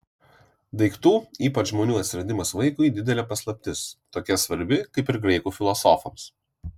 daiktų ypač žmonių atsiradimas vaikui didelė paslaptis tokia svarbi kaip ir graikų filosofams